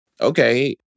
okay